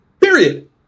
Period